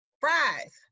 fries